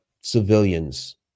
civilians